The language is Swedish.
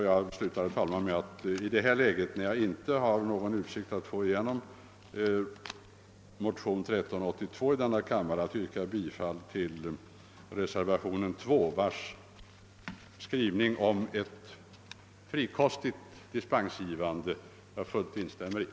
— Jag slutar i stället med att i detta läge, när jag inte har någon utsikt att få gehör för ett yrkande om bifall till motionsparet I:1176 och II: 1382, yrka bifall till reservationen 2 vid bevillningsutskottets betänkande nr 37, vars skrivning om ett frikostigt dispensgivande jag helt instämmer i.